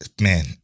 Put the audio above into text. man